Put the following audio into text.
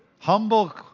Humble